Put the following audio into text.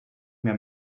mehr